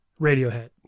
Radiohead